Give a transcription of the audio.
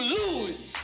lose